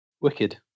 Wicked